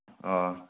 ꯑꯥ